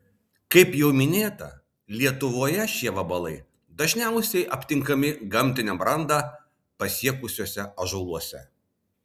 kaip jau minėta lietuvoje šie vabalai dažniausiai aptinkami gamtinę brandą pasiekusiuose ąžuoluose